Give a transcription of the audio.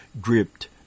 gripped